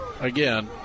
again